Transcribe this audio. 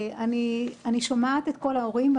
אני שומעת את קול ההורים,